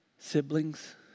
Siblings